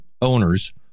owners